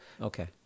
okay